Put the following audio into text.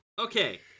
Okay